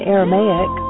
Aramaic